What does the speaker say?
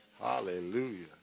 Hallelujah